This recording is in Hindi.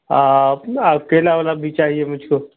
आ आप ना केला वेला भी चाहिए मुझको